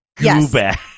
Yes